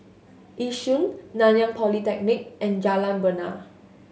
Yishun Nanyang Polytechnic and Jalan Bena